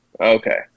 Okay